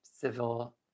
civil